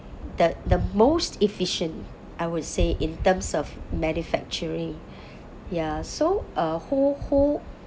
the the most efficient I would say in terms of manufacturing ya so uh who who